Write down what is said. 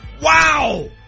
Wow